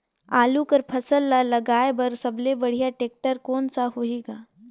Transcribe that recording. आलू कर फसल ल लगाय बर सबले बढ़िया टेक्टर कोन सा होही ग?